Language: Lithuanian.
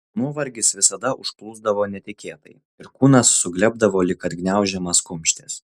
nuovargis visada užplūsdavo netikėtai ir kūnas suglebdavo lyg atgniaužiamas kumštis